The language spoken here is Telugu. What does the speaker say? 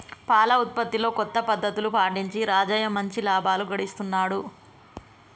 పాల ఉత్పత్తిలో కొత్త పద్ధతులు పాటించి రాజయ్య మంచి లాభాలు గడిస్తున్నాడు